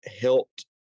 helped